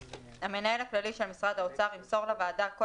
(ב)המנהל הכללי של משרד האוצר ימסור לוועדה כל